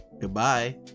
goodbye